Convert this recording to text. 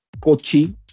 Kochi